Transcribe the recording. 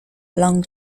long